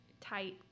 tight